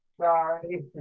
Sorry